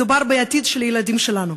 מדובר בעתיד של הילדים שלנו.